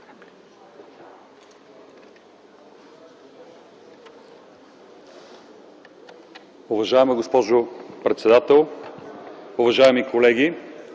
Уважаема госпожо председател, уважаеми колеги!